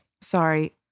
Sorry